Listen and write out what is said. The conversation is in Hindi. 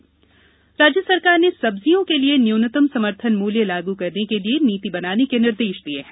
सब्जी दाम राज्य सरकार ने सब्जियों के लिए न्यूनतम समर्थन मूल्य लागू करने के लिए नीति बनाने के निर्देश दिए हैं